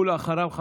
אחריו,